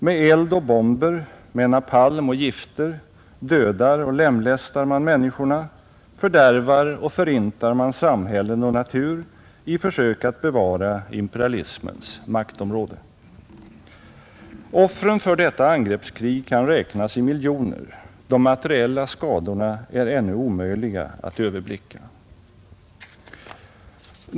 Med eld och bomber, med napalm och gifter dödar och lemlästar man människorna, fördärvar och förintar man samhällen och natur i försök att bevara imperialismens maktområde. Offren för detta angreppskrig kan räknas i miljoner, de materiella skadorna är omöjliga att överblicka.